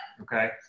Okay